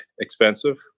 expensive